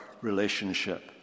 relationship